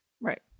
Right